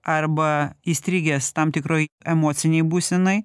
arba įstrigęs tam tikroj emocinėj būsenoj